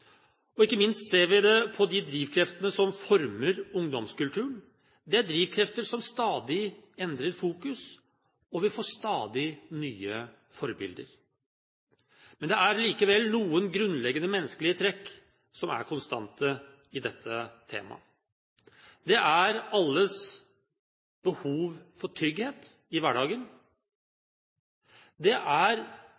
Ikke minst ser vi det på de drivkreftene som former ungdomskulturen. Det er drivkrefter som stadig endrer fokus, og vi får stadig nye forbilder. Men det er likevel noen grunnleggende menneskelige trekk som er konstante i dette temaet. Det er alles behov for trygghet i hverdagen.